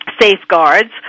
safeguards